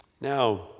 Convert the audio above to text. Now